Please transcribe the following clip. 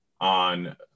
on